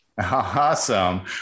Awesome